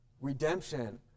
redemption